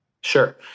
Sure